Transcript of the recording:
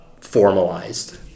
formalized